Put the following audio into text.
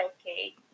okay